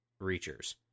reachers